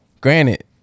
Granted